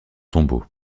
tombeau